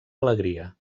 alegria